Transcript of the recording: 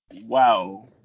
Wow